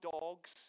dogs